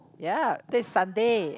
ya that's Sunday